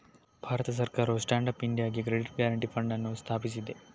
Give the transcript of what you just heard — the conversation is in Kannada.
ಭಾರತ ಸರ್ಕಾರವು ಸ್ಟ್ಯಾಂಡ್ ಅಪ್ ಇಂಡಿಯಾಗೆ ಕ್ರೆಡಿಟ್ ಗ್ಯಾರಂಟಿ ಫಂಡ್ ಅನ್ನು ಸ್ಥಾಪಿಸಿದೆ